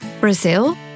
Brazil